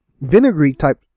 vinegary-type